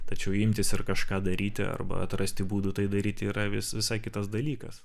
tačiau imtis ir kažką daryti arba atrasti būdų tai daryti yra vis visai kitas dalykas